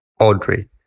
Audrey